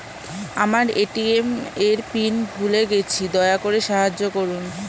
আমার এ.টি.এম এর পিন ভুলে গেছি, দয়া করে সাহায্য করুন